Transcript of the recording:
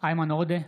איימן עודה,